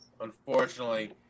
unfortunately